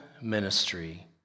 ministry